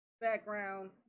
background